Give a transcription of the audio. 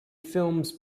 films